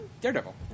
Daredevil